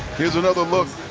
here's another look.